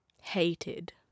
hated